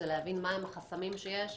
זה להבין מהם החסמים שיש,